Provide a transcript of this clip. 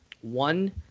one